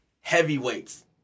heavyweights